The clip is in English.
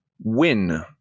win